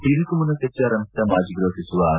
ಇದಕ್ಕೂ ಮುನ್ನ ಚರ್ಚೆ ಆರಂಭಿಸಿದ ಮಾಜಿ ಗೃಹ ಸಚಿವ ಆರ್